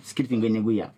skirtingai negu jav